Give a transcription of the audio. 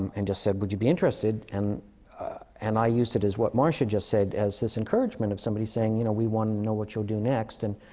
and just said, would you be interested? and and i used it as what marsha just said. as this encouragement of somebody saying, you know, we want to know what you'll do next. and